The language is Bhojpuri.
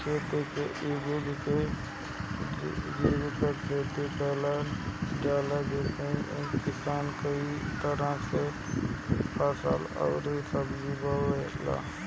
खेती के इ विधि के जीविका खेती कहल जाला जेमे किसान कई तरह के फसल अउरी सब्जी बोएला